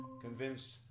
convinced